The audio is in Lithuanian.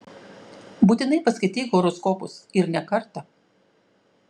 būtinai paskaityk horoskopus ir ne kartą